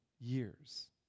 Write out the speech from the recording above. years